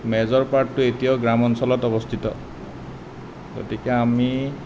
major পাৰ্টটো এতিয়াও গ্ৰামাঞ্চলত অৱস্থিত গতিকে আমি